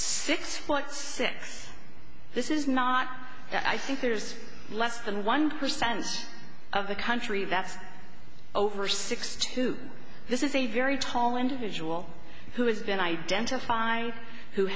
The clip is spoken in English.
six point six this is not i think there's less than one percent of the country that's over sixty two this is a very tall individual who has been identified who